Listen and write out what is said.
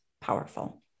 powerful